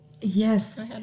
Yes